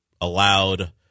allowed